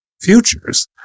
futures